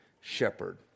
shepherd